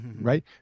right